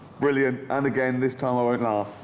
brilliant. and, again, this time i won't laugh.